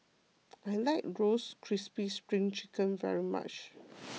I like Roasted Crispy Spring Chicken very much